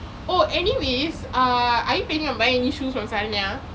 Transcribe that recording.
oh anyways are you planning on buying any shoes from sania